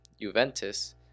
Juventus